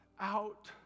out